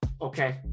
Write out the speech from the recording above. okay